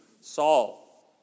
Saul